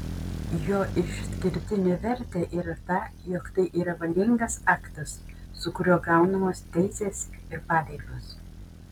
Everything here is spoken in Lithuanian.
jo išskirtinė vertė yra ta jog tai yra valingas aktas su kuriuo gaunamos teisės ir pareigos